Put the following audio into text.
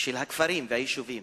של הכפרים והיישובים